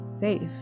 Faith